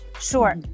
Sure